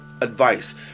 advice